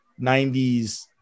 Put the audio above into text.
90s